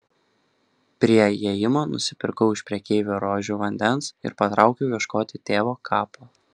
prie įėjimo nusipirkau iš prekeivio rožių vandens ir patraukiau ieškoti tėvo kapo